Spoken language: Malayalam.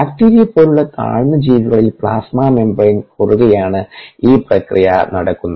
ബാക്ടീരിയ പോലുള്ള താഴ്ന്ന ജീവികളിൽ പ്ലാസ്മ മെംബറേൻ കുറുകെയാണ് ഈ പ്രക്രിയ നടക്കുന്നത്